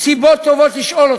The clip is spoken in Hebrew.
סיבות טובות לשאול אותך: